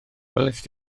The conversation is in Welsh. welaist